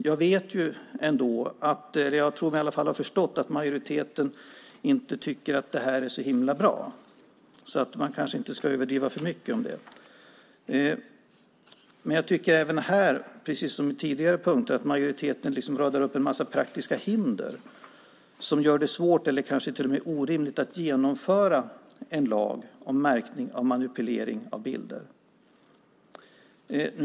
Jag tror mig ha förstått att majoriteten inte tycker att det är så bra. Man kanske inte ska överdriva, men även här, precis som på tidigare punkter, tycker jag att majoriteten radar upp en massa praktiska hinder som gör det svårt eller kanske till och med orimligt att genomföra en lag om märkning av manipulering av bilder.